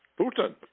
putin